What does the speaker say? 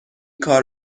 کار